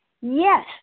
yes